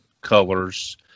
colors